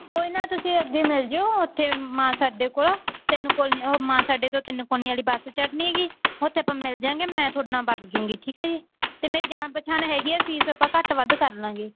ਕੋਈ ਨਾ ਤੁਸੀਂ ਅੱਗੇ ਮਿਲ ਜਾਇਓ ਉੱਥੇ ਮਾਨਸਾ ਅੱਡੇ ਕੋਲ ਤਿੰਨ ਕੋ ਉਹ ਮਾਨਸਾ ਅੱਡੇ ਤੋਂ ਤਿੰਨ ਕੋਨੀ ਵਾਲੀ ਬੱਸ ਚੜ੍ਹਨੀ ਹੈਗੀ ਉੱਥੇ ਆਪਾਂ ਮਿਲ ਜਾਂਗੇ ਮੈਂ ਤੁਹਾਡੇ ਨਾਲ ਵੱਗ ਜੂੰਗੀਂ ਠੀਕ ਹੈ ਜੀ ਅਤੇ ਮੇਰੀ ਜਾਣ ਪਛਾਣ ਹੈਗੀ ਹੈ ਫੀਸ ਆਪਾਂ ਘੱਟ ਵੱਧ ਕਰ ਲਾਂਗੇ